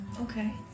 Okay